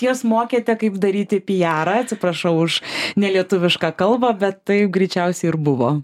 jas mokėte kaip daryti pijarą atsiprašau už nelietuvišką kalbą bet tai greičiausiai ir buvo